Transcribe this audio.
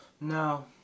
No